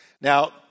Now